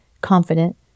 confident